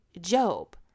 job